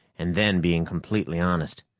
and then being completely honest.